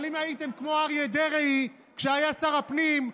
אבל אם הייתם כמו אריה דרעי כשהיה שר הפנים,